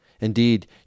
Indeed